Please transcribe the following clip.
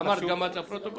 אמרת גם את לפרוטוקול.